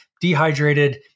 dehydrated